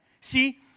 See